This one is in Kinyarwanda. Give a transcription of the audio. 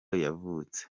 yavutse